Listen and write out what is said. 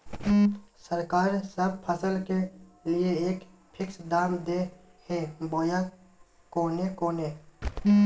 सरकार सब फसल के लिए एक फिक्स दाम दे है बोया कोनो कोनो?